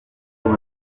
vont